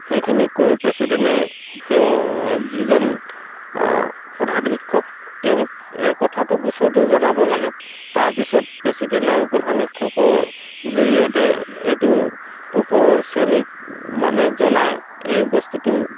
সেইখিনি কৈ প্ৰেছিডেণ্টে তেওঁ যিজন প্ৰধান শিক্ষক তেওঁক এই কথাটো গোচৰটো জনাব লাগে তাৰপিছত প্ৰেছিডেণ্ট আৰু প্ৰধান শিক্ষকৰ জৰিয়তে এইটো ওপৰৰ শ্ৰেণীক মানে জনাই এই বস্তুটো